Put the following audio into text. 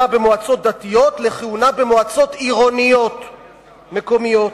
במועצות דתיות לכהונה במועצות עירוניות מקומיות,